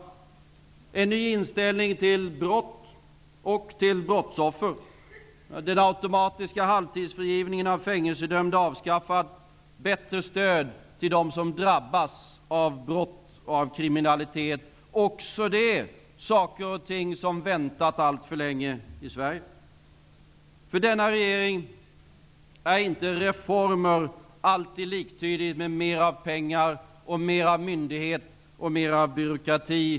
Vidare finns det nu en ny inställning till brott och brottsoffer. Den automatiska halvtidsfrigivningen av fängelsedömda har avskaffats. Det ges bättre stöd till dem som drabbas av brott och kriminalitet. Också detta är saker och ting som har fått vänta alltför länge här i Sverige. För denna regering är inte alltid reformer liktydigt med mera av pengar, myndighet och byråkrati.